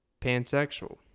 Pansexual